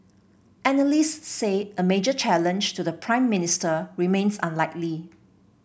analysts say a major challenge to the Prime Minister remains unlikely